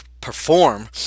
perform